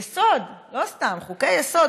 יסוד, לא סתם, חוקי-יסוד.